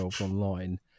online